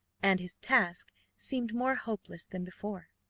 and his task seemed more hopeless than before.